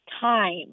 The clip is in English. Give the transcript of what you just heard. time